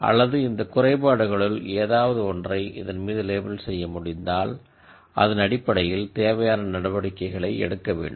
அல்லது இந்த குறைபாடுகளுள் ஏதாவது ஒன்றை இதன் மீது லேபில் செய்யமுடிந்தால் அதன் அடிப்படையில் தேவையான நடவடிக்கைகளை எடுக்கவேண்டும்